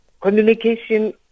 Communication